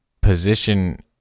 position